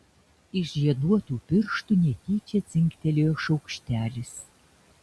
iš žieduotų pirštų netyčia dzingtelėjo šaukštelis